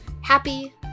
happy